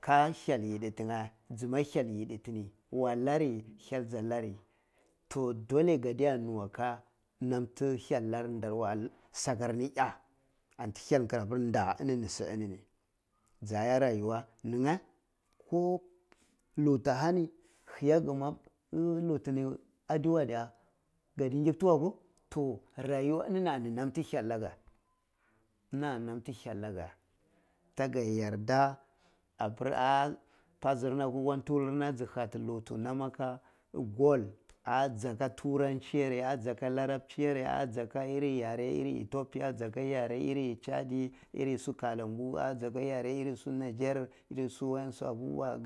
Ka hyal yidi tinge jima hyal yidi ti ni walani hyal ja lari toh dole kadeya nuwe ka nam ti hyal lar nda we nam si kar ni iye an ti hyal kirapir nda inini si ini ni ja iya rayuwa ninya ko lutu ahani hiya gima lutu ni adi we diya kadi yiftu weh koh rayuwa ini ni ani nam ti hyal tara la ga ini ani nam ti hyal tera laga taga yarda apir ah pazir n auk ntuwul na hyati lutu nam aka gold ah jaka turanchi yare ah jaka larabchi yare ali jaka iri yare iri ethopia, jaga yare iri chaddi, iris u kabngu, ah jaga yare iris u niger irin su wasun abubuwa